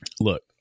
look